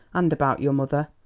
and about your mother.